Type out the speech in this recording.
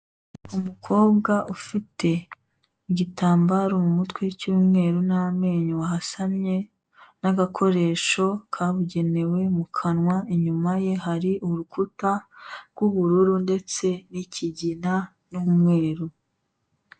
Umokobwa ufite igitambaro mu mutwe cy'umweru n'amanyo wasamye n'agakoresho kabugenewe mu kanwa, inyuma ye hari urukuta rw'ubururu ndetse n'ikigina n'umweru.